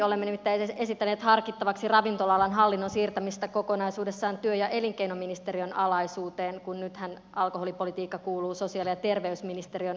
olemme nimittäin esittäneet harkittavaksi ravintola alan hallinnon siirtämistä kokonaisuudessaan työ ja elinkeinoministeriön alaisuuteen kun nythän alkoholipolitiikka kuuluu sosiaali ja terveysministeriön alaisuuteen